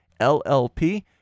LLP